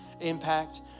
impact